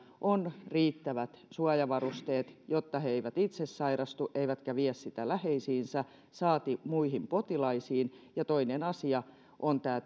on riittävät suojavarusteet jotta he eivät itse sairastu eivätkä vie sitä läheisiinsä saati muihin potilaisiin toinen asia on tämä